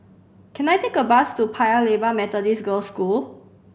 can I take a bus to Paya Lebar Methodist Girls' School